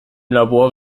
labor